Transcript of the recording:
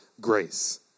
grace